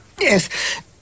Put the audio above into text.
Yes